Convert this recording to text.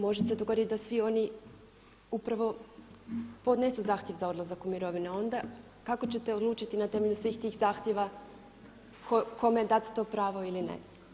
Može se dogoditi da svi oni upravo podnesu zahtjev za odlazak u mirovinu, a onda kako ćete odlučiti na temelju svih tih zahtjeva kome dati to pravo ili ne?